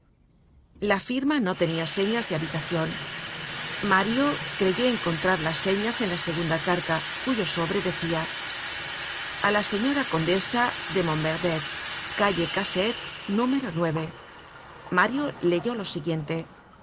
la firma no tenia señas de habitacion mario creyó encontrar las señas en la segunda carta cuyo sobre decia a la señora condesa de mont verdet calle cassete núm mario leyó lo siguiente